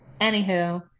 anywho